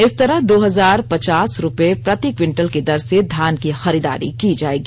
इस तरह दो हजार पचास रूपये प्रति क्विंटल की दर से धान की खरीदारी की जाएगी